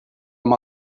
amb